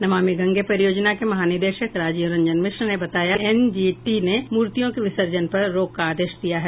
नमामि गंगे परियोजना के महानिदेशक राजीव रंजन मिश्र ने बताया कि एनजीटी ने मूर्तियों के विसर्जन पर रोक का आदेश दिया है